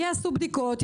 יעשו בדיקות,